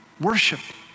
Worship